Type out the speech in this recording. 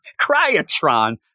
Cryotron